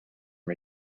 and